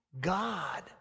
God